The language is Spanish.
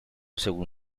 según